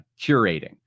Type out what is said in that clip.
curating